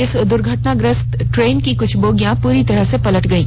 इस दुर्घटनाग्रस्त ट्रेन की क्छ र्बोगियां पूरी तरह से पलट गयी